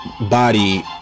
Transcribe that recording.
body